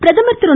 பிரதமர் திரு